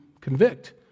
convict